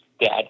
dad